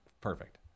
perfect